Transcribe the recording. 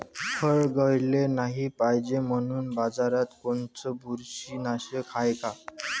फळं गळाले नाही पायजे म्हनून बाजारात कोनचं बुरशीनाशक हाय?